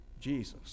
Jesus